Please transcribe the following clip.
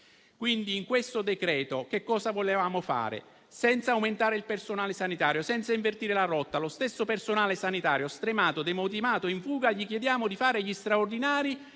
In questo decreto cosa volevamo fare, senza aumentare il personale sanitario e senza invertire la rotta? Allo stesso personale sanitario, stremato, demotivato e in fuga, chiediamo di fare gli straordinari